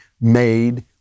made